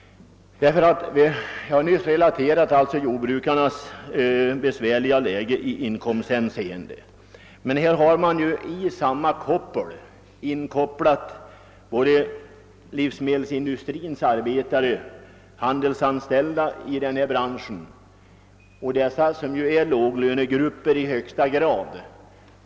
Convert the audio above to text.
Jag redogjorde nyss för jordbrukarnas besvärliga situation i inkomsthänseende, men i samma problematik är ju förutom jordbrukarna också inkopplade såväl livsmedelsindustrins arbetare som de handelsanställda i livsmedelsbranschen, och de tillhör som bekant också i allra högsta grad låglönegrupper.